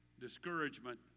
discouragement